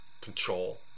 control